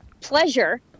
pleasure